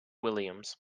williams